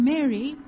Mary